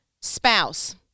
spouse